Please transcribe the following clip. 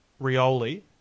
Rioli